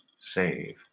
save